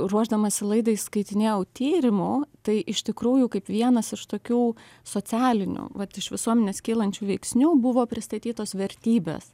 ruošdamasi laidai skaitinėjau tyrimų tai iš tikrųjų kaip vienas iš tokių socialinių vat iš visuomenės kylančių veiksnių buvo pristatytos vertybes